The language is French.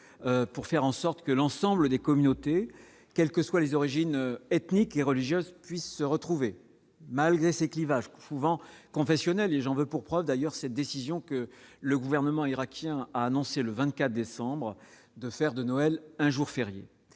pour faire en sorte que l'ensemble des communautés, quelles que soient les origines ethniques et religieuses, puissent se retrouver malgré ces clivages pouvant confessionnel et j'en veux pour preuve d'ailleurs cette décision que le gouvernement irakien a annoncé le 24 décembre de faire de Noël un jour férié,